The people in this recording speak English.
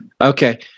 Okay